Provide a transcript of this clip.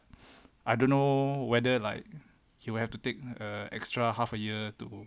I don't know whether like you have to take err extra half a year to